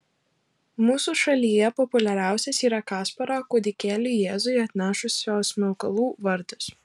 mūsų šalyje populiariausias yra kasparo kūdikėliui jėzui atnešusio smilkalų vardas